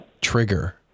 trigger